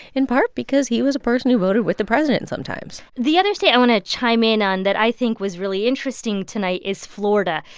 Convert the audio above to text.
in part because he was a person who voted with the president sometimes the other state i want to chime in on that i think was really interesting tonight is florida.